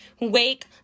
Wake